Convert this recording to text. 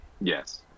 Yes